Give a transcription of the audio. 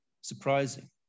surprising